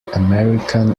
american